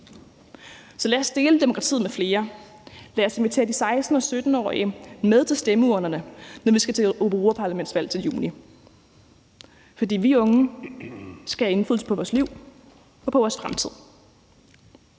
Så lad os dele demokratiet med flere. Lad os invitere de 16- og 17-årige med til stemmeurnerne, når vi skal til europaparlamentsvalg til juni. For vi unge skal have indflydelse på vores liv og på vores fremtid,